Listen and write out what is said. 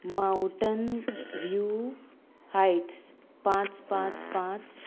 mountain view heights पांच पांच पांच